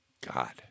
God